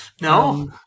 No